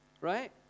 right